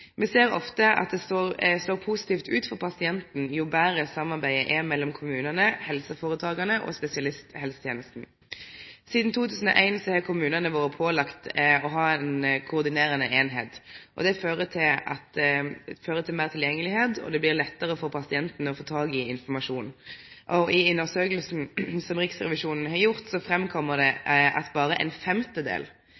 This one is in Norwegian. Me ser ofte at det slår positivt ut for pasientane jo betre samarbeidet er mellom kommunane, helseføretaka og spesialisthelsetenesta. Sidan 2001 har kommunane vore pålagde å ha ei koordinerande eining. Det fører til meir tilgjenge, og det blir lettare for pasienten å få tak i informasjon. I undersøkinga som Riksrevisjonen har gjort, kjem det fram at berre ein femtedel – berre ein femtedel – av kommunane har etablert ei slik koordinerande eining. Det